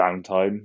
downtime